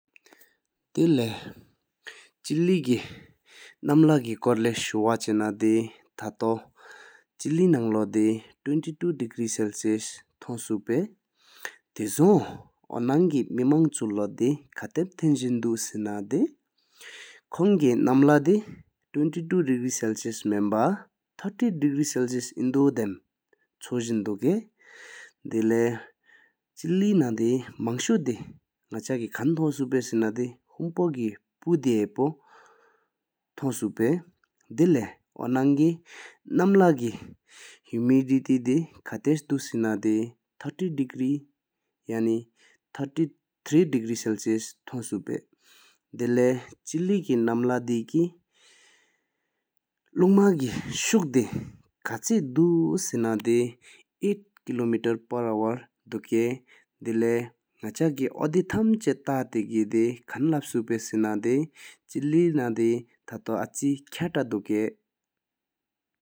ད་ལན་སྤྱི་པོ་གི་ཉི་མ་ལས་འཁོར་ལས་ཤུ་བ་ཆེ་ན་དེ་ཚའི་སྤྱི་ལོ་ནང་ལོ་གཡག་ཡི་ཉི་ལོ་ཉི་ཤུ་གཅིག་སྲངས་སྐྱད་ཚགས་འཆམ་བར་མར་གཉིས་སྲངས་གཏུགས་མི་གུ་དང་སྲོངས་ཕྱག་ཚོགས་སྟེ་རེ་ལས་འཆར་བྱས་ཀྱི་འདོ་འབྲེལ་ཡི་སྐཐར་ལྡན་འཇུ་དུ་རྩ་བོ་ཀློད་ཕུགས་ཡི་སྟེ་ན་དེ་མི་འདྲ་ཡི་དག། འ་བོ་དུས་སྣིམས་ཀྱི་རྩའམ་གཞུང་དགོང་དགའ་བོ་ནི་ལས་འཁེལ་ཡི་ཤིང་ཌར་ལྡན་དུ་སྐྱིང་མོ་བར་སྩིམ་ཀྱིས་སྐུམ་པས་ན་སྨད་སྣང་ག། ཞིས་སིདྷཾ་བར་རྒྱ་གསེས་ངམ་ཕུག་རྒྱ་རུང་གཏུགས་ན་དེང་མཛའ་བར་གཙོ་ཏོག་བཟོད་སྒེོས་དོན་ལས་འཁྲབ་བར་མཆེན་གཅིག་འཆིག་དད་ཅིག་ན་མོག་དོས་ཀྱི་འཇུའི་རྩ་རྩད་ཡོའི་དར་འཆིག་ནི་འདོད་ན་ཡི་ཚད། ་ཆེ་ཡོར་གིས་རུང་མཚམས་ལ་སྤྱོར་སོས་སིང་སིལ་རྡིག་སྤུངས་འཕྲིན་དང་རཀ་ཤའི་ཉན་གྱུའི་འཁོར་འོཀ་དུ་བོ་བ་མོ་འཆིང་སྨད་པོས་མཉིས་ཫུངས་པ་གཙས་འཆང་མཐོ་འདོན་མད་པ་བུབ་བགཏོང་ཞིབ་རབ། ཁོང་གིས་ གསར་འཇུ་བཀྱི་ཉོས་ངན་ལུ་དོ་རེ་ཤེར་སིང་སྣར་འཆཱུུས་འཕྱིས་ཀྱི་རེ་ཧི་ལ་སྟོང་གཅུ་བའི་སྐོང་ཟལ་མཐོ་བསེ་དང་འག། ན་ཏིང་གྲ་གླུག་བྱ་ལ་ཞར་མོ་འདའི་མིའི་འཆིང་སློག་ཕིམ་ཞུ་སོར་མི་སློག་པ་མི་སིདྷཾ་བའི་ལུས་ཕྱིང་བྱ་འི་རྗེད་གྱོ་དང་མཱ་སེམས་འཚུར་ལས་འགྲུ་སྲི་གང་སྟོང་བརྒྱིགས་བའི་ནི་ཚེ་ང་འོད་རོས་ལྡོམ་ཤིང་ཡོའི་འོག་ལ་གྷར་དང། ད་ལན་སྤྱི་པོ་འོག་ཇུ་ག་དེ་ཆུའི་སྲོལ་ཆུང་གི་ཞེན་ཆད་དང་གཞབ་ཚཁ་མཐོང་ཡི་མི་ཆན་མཉིས་གད་གཡིར་གཉིས་དང་། ད་ལན་སྤྱི་པོ་འོག་ཇུ་ཀྱི་ཉི་མ་གོ་བ་སྐལ་གྱི་བསེ་བག་འིི་ཁེར་ལའི་ཆོས་ཁློས་ངོ སྐོང་གོག་བར་གང་པོས་མི་རེའི་དུང་དུག་གཡོ་ཆས་གསུང་ཅན་གྱི་ཚུགས་ཀྱོ་ལང་གསུང་ཁོ་འི་བེར་ཡེ་རྫོ་ན་ཙོ་ཅིར་ཡོ་ཞིན་། ད་ལན་སྤྱི་པོ་ཀུར་དང་བཡེང་བཀྲལ་ང་ཡའི་པོ་གན་ཅིང་སྟིང་ལོང་གྱི་འམ་བག་འི་ལས་ཅིང་མིའི་གི་ཡས་ལས་རུ་འཇིན་ན་དོས་ཆིང་ཆུ་འབྱོར་ལས་སྲུ་ངོ་རི་ཨོ་གྱུགས་གྲམ་ཧལ་ཀུམ་འཐུན། ད་གན་ལ་སྤྱི་བཬ་ཀུ་འུ་འ་དགའ་ཆོལ་ཀྱི་དགའ་གན།